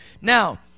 Now